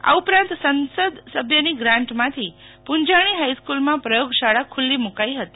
આ ઉપરાંત સંસદસભ્યની ગ્રાન્ટમાંથી પુંજાણી હાઇસ્કુલમાં પ્રયોગશાળા ખુલ્લી મુકાઇ હતી